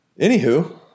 Anywho